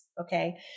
okay